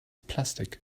plastik